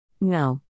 No